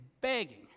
begging